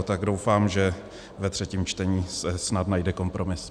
Tak doufám, že ve třetím čtení se snad najde kompromis.